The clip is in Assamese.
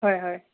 হয় হয়